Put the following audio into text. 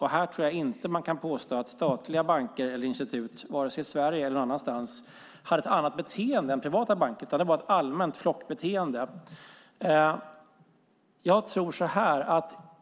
Här tror jag inte att man kan påstå att statliga banker eller institut, vare sig i Sverige eller någon annanstans, hade ett annat beteende än privata banker, utan det var ett allmänt flockbeteende.